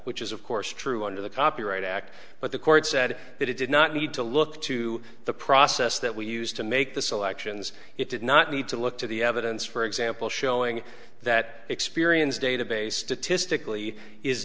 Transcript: which is of course true under the copyright act but the court said that it did not need to look to the process that we used to make the selections it did not need to look to the evidence for example showing that experience database statistically is